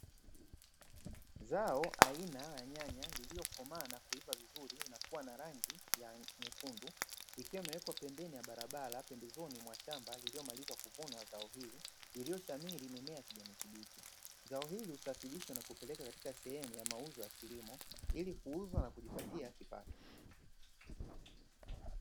Zao aina ya nyanya lililokomaa na kuiva vizuri na kuwa na rangi nyekundu likiwa imewekwa pembeni ya barabara, pembezoni mwa shamba lililomaliza kuvunwa zao hili iliyoshamiri mimea kijani kibichi. Zao hili husafirishwa na kupelekwa katika sehemu ya mauzo ya kilimo ili kuuzwa na kujipatia kipato.